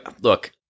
look